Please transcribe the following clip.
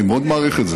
אני מאוד מעריך את זה.